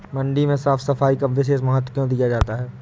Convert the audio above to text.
मंडी में साफ सफाई का विशेष महत्व क्यो दिया जाता है?